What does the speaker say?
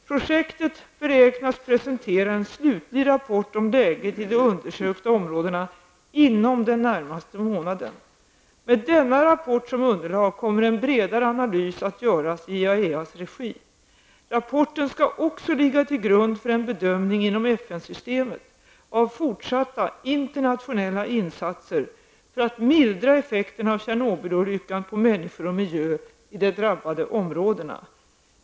Projektet beräknas presentera en slutlig rapport om läget i de undersökta områdena inom den närmaste månaden. Med denna rapport som underlag kommer en bredare analys att göras i IAEAs regi. Rapporten skall också ligga till grund för en bedömning inom FN-systemet av fortsatta internationella insatser för att mildra effekterna av Tjernobylolyckan på människor och miljö i de drabbade områdena.